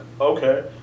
okay